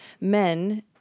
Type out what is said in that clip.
men